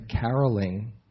caroling